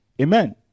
Amen